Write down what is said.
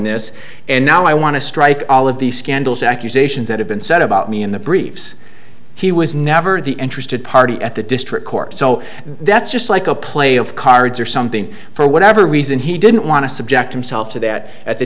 this and now i want to strike all of these scandals accusations that have been said about me in the briefs he was never the interested party at the district court so that's just like a play of cards or something for whatever reason he didn't want to subject himself to that at the